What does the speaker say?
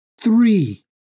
Three